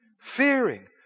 Fearing